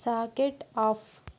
socket off